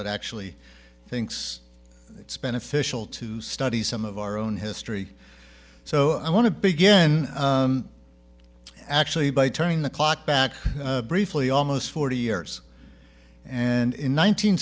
that actually thinks it's beneficial to study some of our own history so i want to begin actually by turning the clock back briefly almost forty years and in